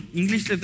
English